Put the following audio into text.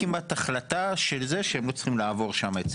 כמעט החלטה שהם לא צריכים לעבור שם.